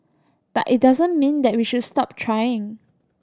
but it doesn't mean that we should stop trying